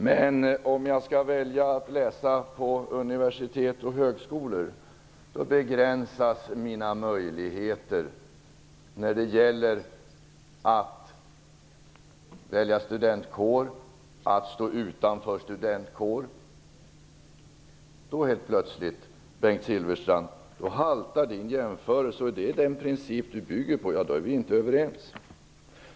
Men om jag väljer att läsa på universitet och högskolor då är mina möjligheter begränsade när det gäller att välja eller stå utanför studentkår. Där haltar Bengt Silfverstrands jämförelse. Är det den princip han bygger på då är vi inte överens.